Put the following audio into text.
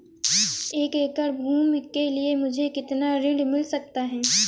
एक एकड़ भूमि के लिए मुझे कितना ऋण मिल सकता है?